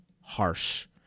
harsh